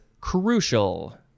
crucial